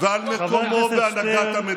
(חבר הכנסת יואב סגלוביץ' יוצא מאולם